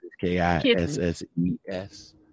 K-I-S-S-E-S